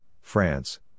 France